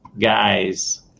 guys